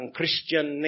Christian